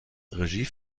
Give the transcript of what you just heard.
regie